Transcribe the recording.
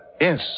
Yes